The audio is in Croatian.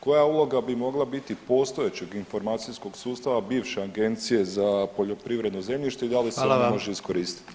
Koja uloga bi mogla biti postojećeg informatičkog sustava bivše Agencije za poljoprivredno zemljište i da li [[Upadica: Hvala vam.]] ona može iskoristiti?